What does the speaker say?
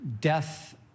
Death